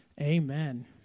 amen